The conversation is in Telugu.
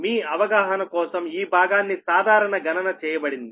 మీ అవగాహన కోసం ఈ భాగాన్ని సాధారణ గణన చేయబడింది